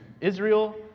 Israel